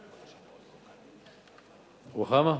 רוחמה?